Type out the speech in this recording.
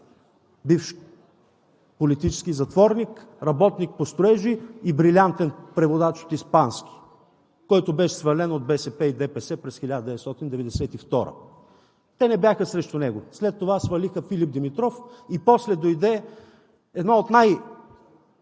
бивш политически затворник, работник по строежи и брилянтен преводач от испански, който беше свален от БСП и ДПС през 1992 г.? Те не бяха срещу него. След това свалиха Филип Димитров и после дойде едно от най-мрачните